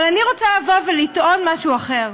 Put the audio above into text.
אבל אני רוצה לטעון משהו אחר: